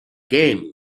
game